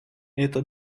это